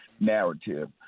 narrative